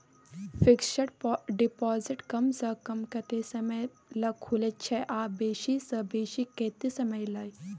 Fixed deposit कम स कम कत्ते समय ल खुले छै आ बेसी स बेसी केत्ते समय ल?